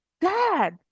dad